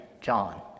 John